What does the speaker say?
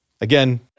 Again